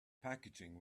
packaging